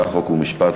חוק ומשפט,